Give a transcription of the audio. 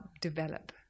develop